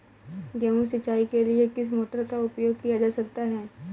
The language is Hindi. गेहूँ सिंचाई के लिए किस मोटर का उपयोग किया जा सकता है?